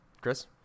Chris